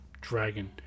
dragon